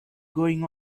going